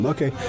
Okay